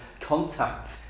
contact